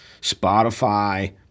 Spotify